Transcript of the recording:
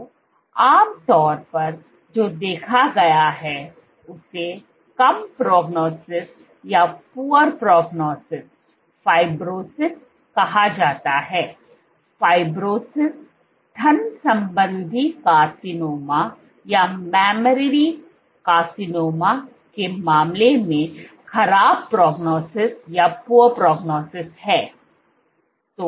तो आम तौर पर जो देखा गया है उसे कम प्रोगनोसिस फाइब्रोसिस कहा जाता है फाइब्रोसिस स्तन संबंधी कार्सिनोमा के मामले में खराब प्रोगनोसिस है